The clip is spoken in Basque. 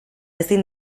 ezin